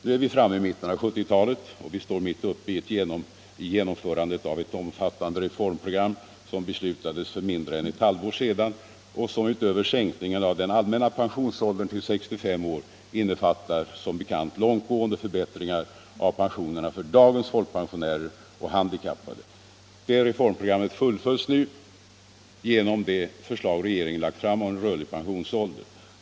När vi nu är framme vid mitten av 1970-talet står vi mitt uppe i genomförandet av ett omfattande reformprogram, som beslutades för mindre än ett halvår sedan och som utöver sänkningen av den allmänna pensionsåldern till 65 år som bekant innefattar långtgående förbättringar av pensionerna för dagens folkpensionärer och handikappade. Detta reformprogram fullföljs nu genom det förslag regeringen lagt fram om en rörlig pensionsålder.